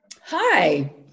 Hi